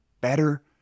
better